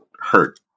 hurt